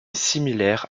similaire